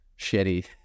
shitty